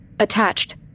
Attached